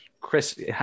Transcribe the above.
chris